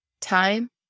time